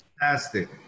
fantastic